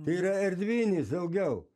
tai yra erdvinis daugiau